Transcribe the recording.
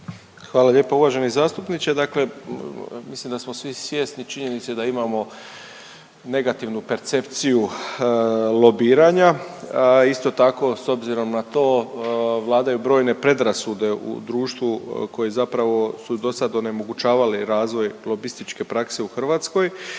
Hvala lijepo uvaženi zastupniče. Dakle, mislim da smo svi svjesni činjenice da imamo negativnu percepciju lobiranja. Isto tako s obzirom na to vladaju i brojne predrasude u društvu koje zapravo su dosad onemogućavali razvoj lobističke prakse u Hrvatskoj